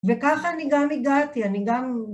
וככה אני גם הגעתי, אני גם...